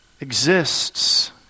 exists